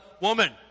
woman